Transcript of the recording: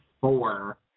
four